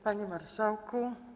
Panie Marszałku!